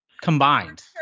Combined